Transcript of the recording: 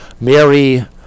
Mary